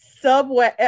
Subway